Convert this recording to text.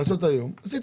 ב-350